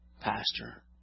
Pastor